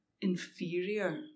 inferior